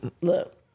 Look